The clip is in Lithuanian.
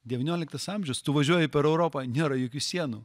devynioliktas amžius tu važiuoji per europą nėra jokių sienų